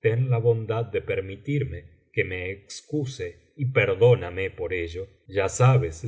ten la bondad de permitirme que me excuse y perdóname por ello ya sabes